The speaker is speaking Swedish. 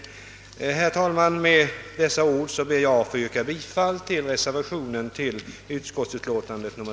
Herr talman! Med dessa ord ber jag att få yrka bifall till reservationen vid utskottets utlåtande.